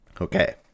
Okay